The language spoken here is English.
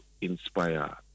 inspire